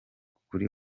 kuri